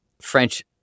French